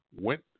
went